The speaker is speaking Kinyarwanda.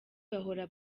bahora